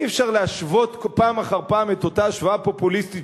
אי-אפשר להשוות פעם אחר פעם את אותה השוואה פופוליסטית,